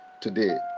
today